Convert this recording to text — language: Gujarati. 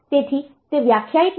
તેથી તે વ્યાખ્યાયિત નથી